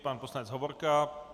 Pan poslanec Hovorka.